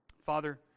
Father